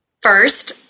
First